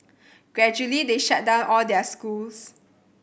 gradually they shut down all their schools